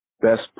best